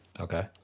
Okay